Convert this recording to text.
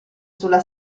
sulla